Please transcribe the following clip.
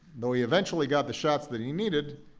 though he eventually got the shots that he needed,